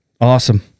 Awesome